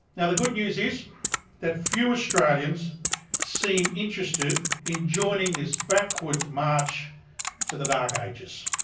yeah the good news is that few australians seem interested in joining this backward march to the dark ages.